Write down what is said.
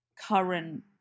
current